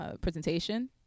presentation